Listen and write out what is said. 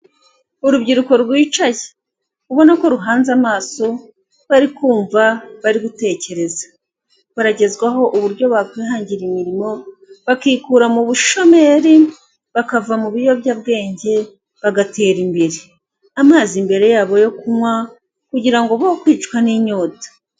Urubyiruko rwicaye ubona ko ruhanze amaso, bari kumva, bari gutekereza, baragezwaho uburyo bakwihangira imirimo bakikura mu bushomeri bakava mu biyobyabwenge bagatera imbere, amazi imbere yabo yo kunywa kugira ngo be kwicwa n'inyota.